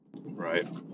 right